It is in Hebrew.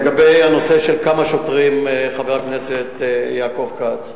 לגבי הנושא של כמה שוטרים: חבר הכנסת יעקב כץ,